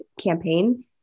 campaign